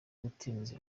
utinze